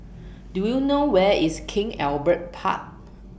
Do YOU know Where IS King Albert Park